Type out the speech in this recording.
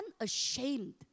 unashamed